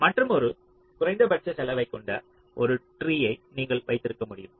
மற்றுமொரு குறைந்தபட்ச செலவைக் கொண்ட ஒரு ட்ரீயை நீங்கள் வைத்திருக்க முடியும்